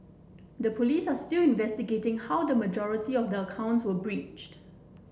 the Police are still investigating how the majority of the accounts were breached